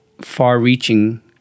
far-reaching